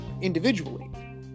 individually